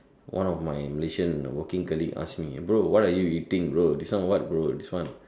one of my Malaysian working colleague ask me bro what are you eating bro this one what bro this one